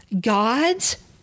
God's